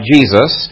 Jesus